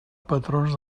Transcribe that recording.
patrons